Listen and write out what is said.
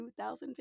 2015